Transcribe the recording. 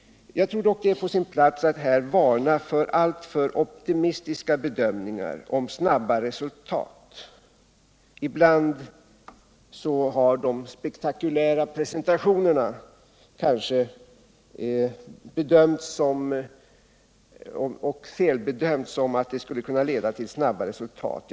Jag tror dock att det är på sin plats att varna för alltför optimistiska bedömningar om snabba resultat. Ibland har de spektakulära presentationerna kanske felbedömts som att de skulle kunna leda till snabba resultat.